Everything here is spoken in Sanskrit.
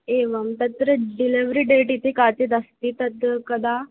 एवं तत्र डिलवरि डेट् इति काचिदस्ति तद् कदा